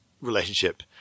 relationship